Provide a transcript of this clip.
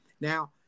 Now